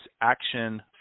action